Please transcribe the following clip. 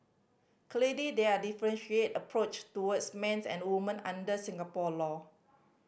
there are differentiated approach towards men's and woman under Singapore law